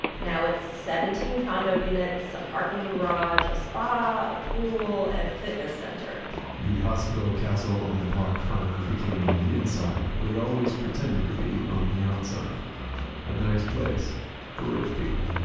now it's seventeen condo units a parking garage a spa a pool and a fitness center the hospital castle on the park finally became on the inside what had always pretended to be on the outside a nice place for rich people